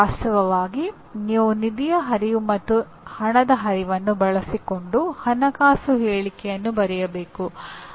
ವಾಸ್ತವವಾಗಿ ನೀವು ನಿಧಿಯ ಹರಿವು ಮತ್ತು ಹಣದ ಹರಿವನ್ನು ಬಳಸಿಕೊಂಡು ಹಣಕಾಸು ಹೇಳಿಕೆಯನ್ನು ಬರೆಯಬೇಕು